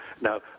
Now